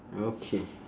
okay